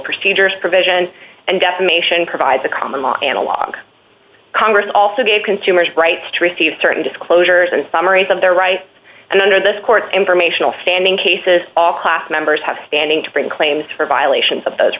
procedures provision and defamation provide the common law analog congress also gave consumers rights to receive certain disclosures and summaries of their rights and under this court informational standing cases all class members have standing to bring claims for violations of th